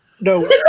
no